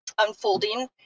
unfolding